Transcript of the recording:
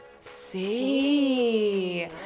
See